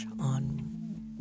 on